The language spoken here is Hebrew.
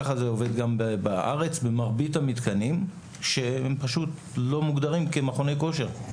ככה זה עובד גם בארץ במרבית המתקנים שפשוט לא מוגדרים כמכוני כושר.